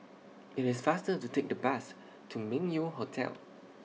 IT IS faster to Take The Bus to Meng Yew Hotel